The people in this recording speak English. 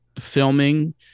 filming